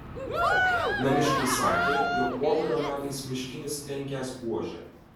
namiškiai sakė jog pokario metais miškinis trenkęs buože